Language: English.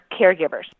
caregivers